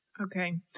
Okay